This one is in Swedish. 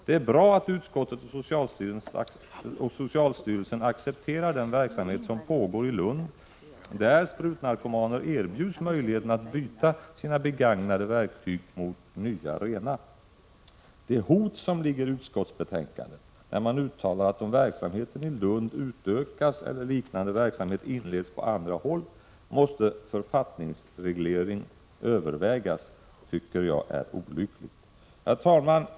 Det är bra att utskottet och socialstyrelsen accepterar den verksamhet som pågår i Lund, där sprutnarkomaner erbjuds möjligheten att byta sina begagnade verktyg mot nya rena. Det hot som ligger i utskottsbetänkandet, när man uttalar att om verksamheten i Lund utökas eller liknande verksamhet inleds på andra håll måste författningsreglering övervägas, tycker jag är olyckligt. Herr talman!